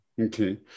Okay